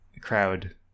crowd